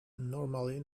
normally